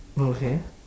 okay